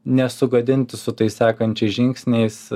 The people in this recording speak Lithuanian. nesugadinti su tais sekančiais žingsniais